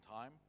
time